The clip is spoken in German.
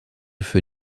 für